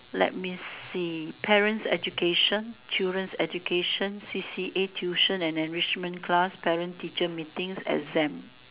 let me see parents education children education C_C_A tuition and enrichment class parents teacher meeting exam